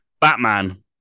Batman